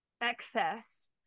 excess